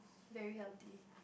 very healthy